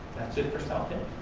that's it for southampton.